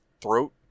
throat